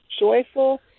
joyful